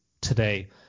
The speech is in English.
today